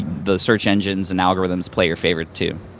the search engines and algorithms play your favorite too.